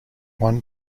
one